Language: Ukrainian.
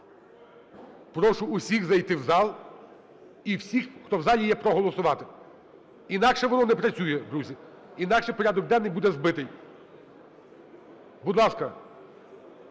Прошу всіх зайти в зал і всіх, хто в залі є, проголосувати. Інакше воно не працює, друзі. Інакше порядок денний буде збитий. Будь ласка,